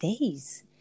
days